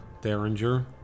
Derringer